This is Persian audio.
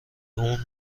اون